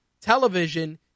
television